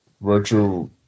Virtual